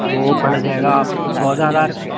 وہ پڑ جائے گا آپ کو چودہ ہزار کا